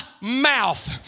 mouth